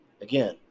again